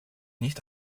nicht